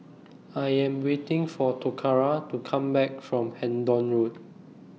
I Am waiting For Toccara to Come Back from Hendon Road